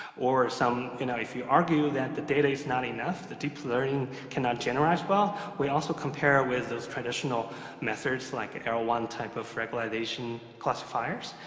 or some, you know if you argue that the data is not enough, the deep learning cannot generate well, we also compare with those transitional methods, like arrow one type of recommendation classifiers.